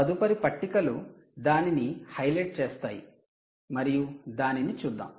తదుపరి పట్టికలు దానిని హైలైట్ చేస్తాయి మరియు దానిని చూద్దాం